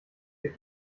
ihr